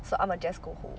so I will just go home